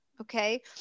okay